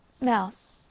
Mouse